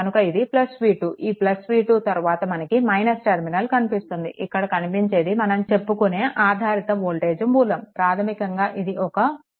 కనుక ఇది v2 ఈ v2 తరువాత మనకు ముందుగా - టెర్మినల్ కనిపిస్తుంది ఇక్కడ కనిపించేది మనం చెప్పుకునే ఆధారిత వోల్టేజ్ మూలం ప్రాధమికంగా ఇది ఒక ఆధారిత వోల్టేజ్ మూలం